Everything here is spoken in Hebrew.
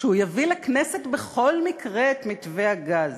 שהוא יביא לכנסת בכל מקרה את מתווה הגז,